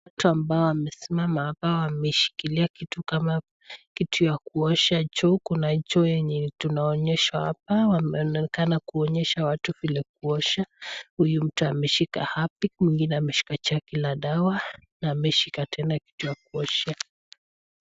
Watu ambao wamesimama hapa wameshika kitu kama kitu ya kuosha choo. Kuna choo yenye tunaonyeshwa hapa, wanaonekana kuonyesha watu vile kuosha. Huyu mtu ameshika harpic, mwingine ameshika chaki la dawa, na ameshika tena kitu ya kuosha.